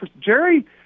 Jerry